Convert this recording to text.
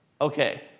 Okay